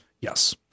Yes